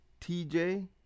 TJ